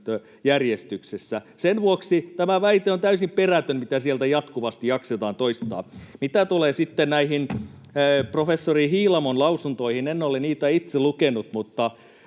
lainsäädäntöjärjestyksessä. Sen vuoksi tämä väite on täysin perätön, mitä sieltä jatkuvasti jaksetaan toistaa. Mitä tulee sitten näihin professori Hiilamon lausuntoihin, en ole niitä itse lukenut, mutta